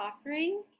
offering